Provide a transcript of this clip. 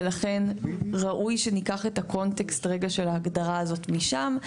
ולכן ראוי שניקח את הקונטקסט רגע של ההגדרה הזאת משם.